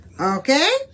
Okay